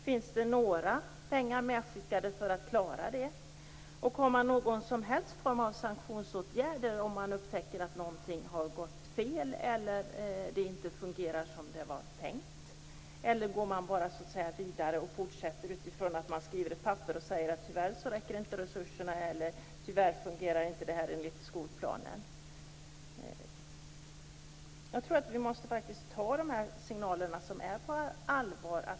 Finns det några pengar medskickade för att klara det? Har man några som helst former av sanktionsåtgärder om man upptäcker att något har gått fel eller att det inte fungerar som det var tänkt? Eller går man så att säga bara vidare och fortsätter utifrån att man skriver ett papper och säger: Tyvärr räcker inte resurserna. Tyvärr fungerar inte det här enligt skolplanen. Jag tror faktiskt att vi måste ta de här signalerna på allvar.